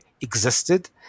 existed